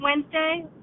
Wednesday